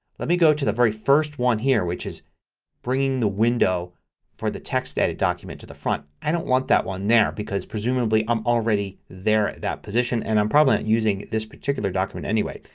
let me go to the very first one here which is bringing the window for the textedit document to the front. i don't want that one there because presumably i'm already there at that position and i'm probably not using this particular document anyway.